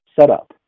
setup